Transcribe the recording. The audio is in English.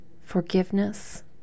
forgiveness